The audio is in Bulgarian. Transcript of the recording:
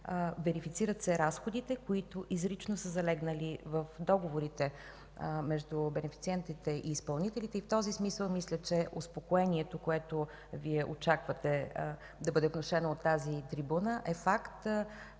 верифицират разходите, които изрично са залегнали в договорите между бенефициентите и изпълнителите и в този смисъл, мисля, че успокоението, което Вие очаквате да бъде внушено от тази трибуна, е факт